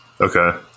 Okay